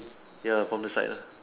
ya from the side lah